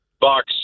box